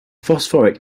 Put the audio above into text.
phosphoric